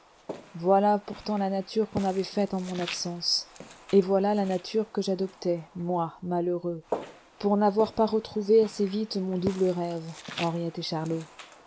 voilà pourtant la nature qu'on avait faite en mon absence et voilà la nature que j'adoptai moi malheureux pour n'avoir pas retrouvé assez vite mon double rêve henriette et charlot